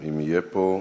אם יהיה פה,